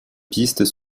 pistes